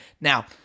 Now